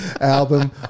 album